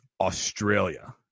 Australia